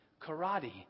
karate